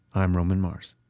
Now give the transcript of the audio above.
i'm roman mars